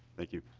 thank you